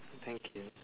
thank you